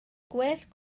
gwell